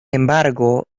embargo